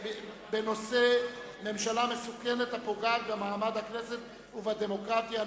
בנושא: ממשלה מסוכנת הפוגעת במעמד הכנסת ובדמוקרטיה.